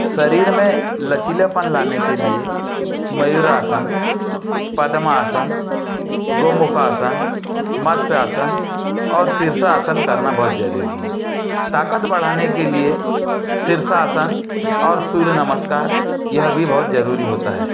शरीर में लचीलापन लाने के लिए मयूरासन पद्मासन गौमुखासन मत्स्यासन और शीर्षासन करना बहुत ज़रूरी है ताकत बढ़ाने के लिए शीर्षासन और सूर्य नमस्कार यह भी बहुत ज़रूरी होता है